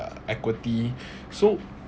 equity so